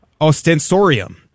Ostensorium